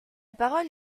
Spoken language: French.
parole